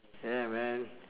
yeah man